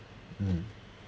mm